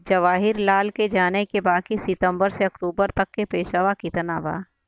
जवाहिर लाल के जाने के बा की सितंबर से अक्टूबर तक के पेसवा कितना बा?